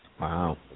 Wow